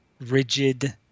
rigid